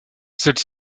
celle